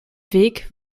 weg